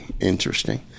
interesting